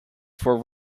for